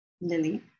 Lily